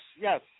yes